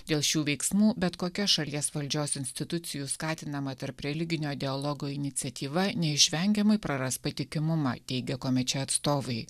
dėl šių veiksmų bet kokia šalies valdžios institucijų skatinama tarp religinio dialogo iniciatyva neišvengiamai praras patikimumą teigia komeče atstovai